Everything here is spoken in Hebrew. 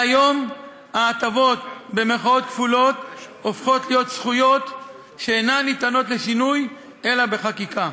מהיום ה"הטבות" הופכות להיות זכויות שאינן ניתנות לשינוי אלא בחקיקה.